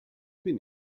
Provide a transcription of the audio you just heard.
bin